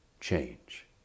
change